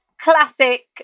classic